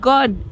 God